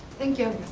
thank you.